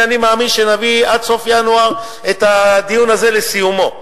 ואני מאמין שעד סוף ינואר נביא את הדיון הזה לסיומו.